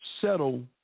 settle